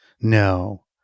No